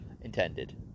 intended